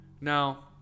Now